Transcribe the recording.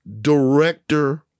director